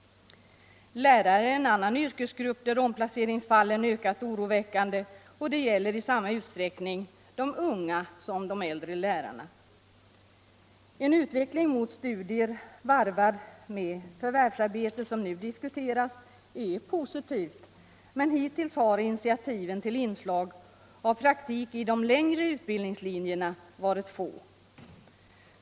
Lärare är en annan yrkesgrupp där omplaceringsfallen ökat oroväckande, och det gäller i samma utsträckning de unga som de äldre lärarna. En utveckling mot studier varvade med förvärvsarbete, som nu diskuteras, är positiv, men hittills har initiativen till inslag av praktik i de längre utbildningslinjerna varit få.